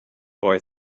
boy